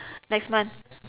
next month